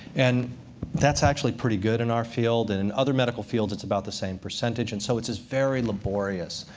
and that's actually pretty good in our field, and in other medical fields, it's about the same percentage. and so it's this very laborious,